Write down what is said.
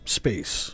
space